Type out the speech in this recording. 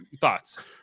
thoughts